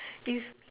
you